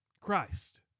Christ